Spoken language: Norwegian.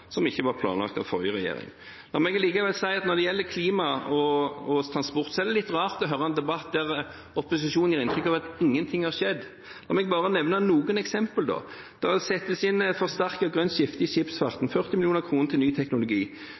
som ikke var planlagt av den forrige regjering. La meg likevel si at når det gjelder klima og transport, er det litt rart å høre en debatt der opposisjonen gir inntrykk av at ingenting har skjedd. La meg bare nevne noen eksempler: Det settes inn et forsterket grønt skifte i skipsfarten – 40 mill. kr til ny teknologi.